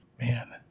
Man